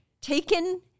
taken